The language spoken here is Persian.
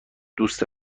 دوست